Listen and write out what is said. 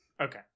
Okay